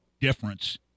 difference